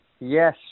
Yes